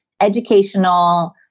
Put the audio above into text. educational